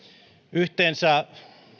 yhteensä